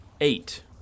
eight